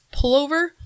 pullover